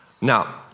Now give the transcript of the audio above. Now